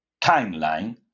timeline